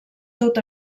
tot